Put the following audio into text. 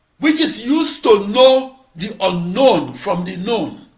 which is used to know the unknown from the known